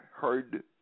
heard